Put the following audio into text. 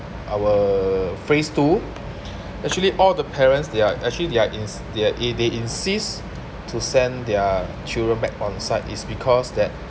our phase two actually all the parents they are actually they are ins~ they are i~ they insist to send their children back on site is because that